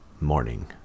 Morning